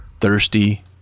thirsty